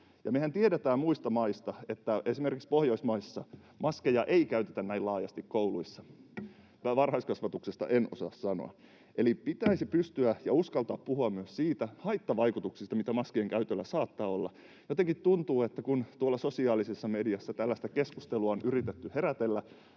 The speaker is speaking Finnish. Mehän tiedetään muista maista, että esimerkiksi Pohjoismaissa maskeja ei käytetä näin laajasti kouluissa, varhaiskasvatuksesta en osaa sanoa. Eli pitäisi pystyä puhumaan ja uskaltaa puhua myös niistä haittavaikutuksista, mitä maskien käytöllä saattaa olla. Jotenkin tuntuu, että kun tuolla sosiaalisessa mediassa tällaista keskustelua on yritetty herätellä,